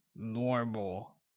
normal